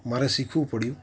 મારે શીખવું પડ્યું